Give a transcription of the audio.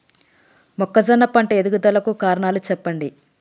మొక్కజొన్న పంట ఎదుగుదల కు కారణాలు చెప్పండి?